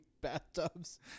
bathtubs